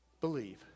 believe